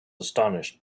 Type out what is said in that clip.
astonished